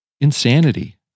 insanity